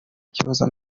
kibazo